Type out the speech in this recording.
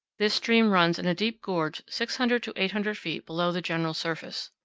this stream runs in a deep gorge six hundred to eight hundred feet below the general surface.